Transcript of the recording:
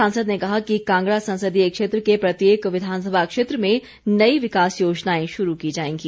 सांसद ने कहा कि कांगड़ा संसदीय क्षेत्र के प्रत्येक विधानसभा क्षेत्र में नई विकास योजनाएं शुरू की जाएंगी